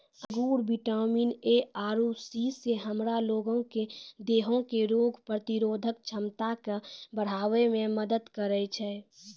अंगूर vitamin A आरु C से हमरा लोगो के देहो के रोग प्रतिरोधक क्षमता के बढ़ाबै मे मदत करै छै